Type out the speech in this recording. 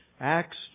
Acts